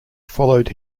followed